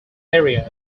area